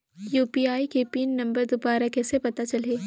UPI के pin number दुबारा कइसे पता चलही?